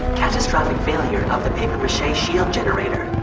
catastrophic failure of the papier-mache shield generator.